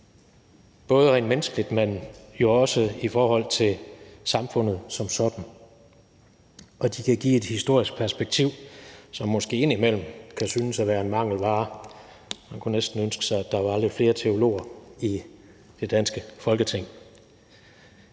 både rent menneskeligt, men jo også i forhold til samfundet som sådan. Og de kan give et historisk perspektiv, som måske indimellem kan synes at være en mangelvare. Man kunne næsten ønske sig, at der var lidt flere teologer i det danske Folketing.